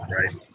right